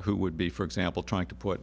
who would be for example trying to put